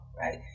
right